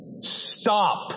Stop